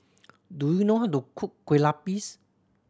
do you know how to cook kue lupis